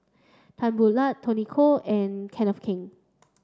Tan Boo Liat Tony Khoo and Kenneth Keng